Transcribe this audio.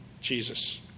Jesus